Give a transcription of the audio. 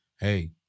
Hey